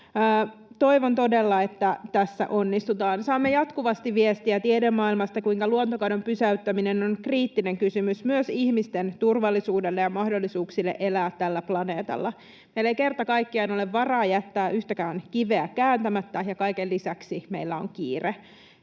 Toivon todella, että tässä onnistutaan. Saamme jatkuvasti viestiä tiedemaailmasta, kuinka luontokadon pysäyttäminen on kriittinen kysymys myös ihmisten turvallisuudelle ja mahdollisuuksille elää tällä planeetalla. Meillä ei kerta kaikkiaan ole varaa jättää yhtäkään kiveä kääntämättä, ja kaiken lisäksi meillä on kiire.